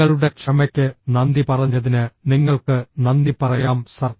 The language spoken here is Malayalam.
നിങ്ങളുടെ ക്ഷമയ്ക്ക് നന്ദി പറഞ്ഞതിന് നിങ്ങൾക്ക് നന്ദി പറയാം സർ